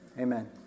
Amen